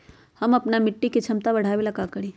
हम अपना मिट्टी के झमता बढ़ाबे ला का करी?